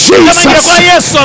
Jesus